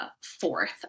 fourth